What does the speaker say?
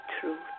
truth